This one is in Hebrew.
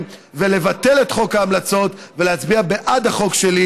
ולבטל את חוק ההמלצות ולהצביע בעד החוק שלי,